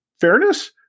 fairness